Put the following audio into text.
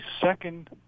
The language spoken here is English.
second